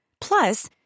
Plus